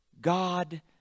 God